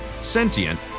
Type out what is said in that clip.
sentient